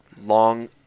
Long